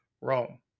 Rome